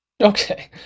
okay